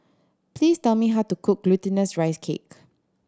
please tell me how to cook Glutinous Rice Cake